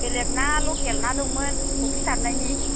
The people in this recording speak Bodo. बेलेग ना लकेल ना दंमोन फख्रि सारनायनि